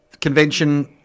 convention